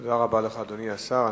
תודה רבה לך, אדוני השר.